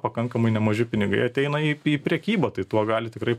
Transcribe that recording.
pakankamai nemaži pinigai ateina į į prekybą tai tuo gali tikrai